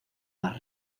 más